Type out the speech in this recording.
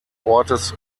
ortes